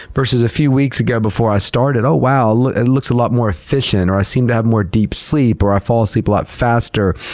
versus a few weeks ago before i started. oh wow, it looks a lot more efficient, or i seem to have more deep sleep, or i fall asleep a lot faster.